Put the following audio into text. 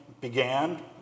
began